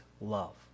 love